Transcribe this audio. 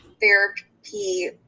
therapy